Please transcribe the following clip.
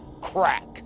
crack